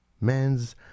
men's